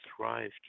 thrive